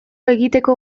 egiteko